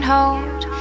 Hold